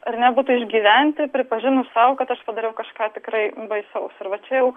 ar nebūtų išgyventi pripažinus sau kad aš padariau kažką tikrai baisaus ir va čia jau